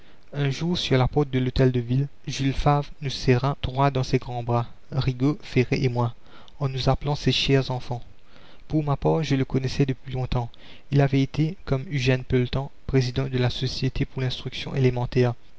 un jour sur la porte de l'hôtel de ville jules favre nous serra trois dans ses grands bras rigaud ferré et moi en nous appelant ses chers enfants pour ma part je le connaissais depuis longtemps il avait été comme eugène pelletan président de la société pour l'instruction élémentaire